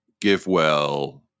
Givewell